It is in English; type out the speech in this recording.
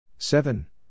Seven